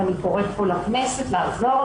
ואני קוראת פה לכנסת לעזור,